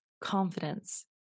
confidence